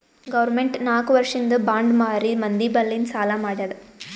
government ನಾಕ್ ವರ್ಷಿಂದ್ bond ಮಾರಿ ಮಂದಿ ಬಲ್ಲಿಂದ್ ಸಾಲಾ ಮಾಡ್ಯಾದ್